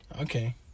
Okay